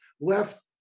left